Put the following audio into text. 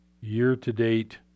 year-to-date